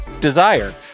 Desire